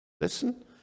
listen